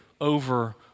over